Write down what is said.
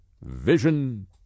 Vision